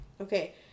Okay